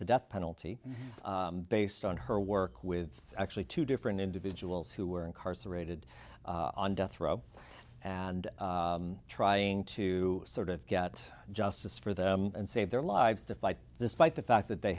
the death penalty based on her work with actually two different individuals who were incarcerated on death row and trying to sort of get justice for them and save their lives to fight this fight the fact that they